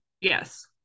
Yes